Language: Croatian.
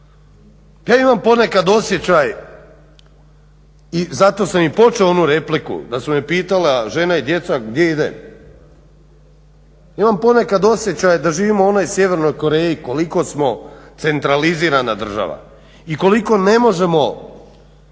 Ja imam ponekad osjećaj i zato sam i počeo onu repliku da su me pitali žena i djeca gdje idem. Imam ponekad osjećaj da živimo u onoj Sjevernoj Koreji koliko smo centralizirana država i koliko ne možemo